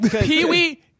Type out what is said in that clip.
Pee-wee